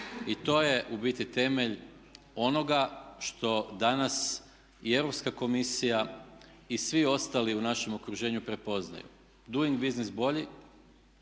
I to je u biti temelj onoga što danas i Europska komisija i svi ostali u našem okruženju prepoznaju. Doing business bolji,